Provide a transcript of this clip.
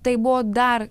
tai buvo dar